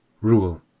Rule